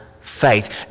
faith